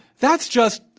that's just,